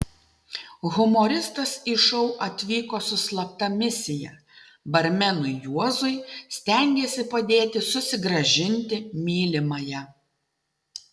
humoristas į šou atvyko su slapta misija barmenui juozui stengėsi padėti susigrąžinti mylimąją